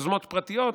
יוזמות פרטיות,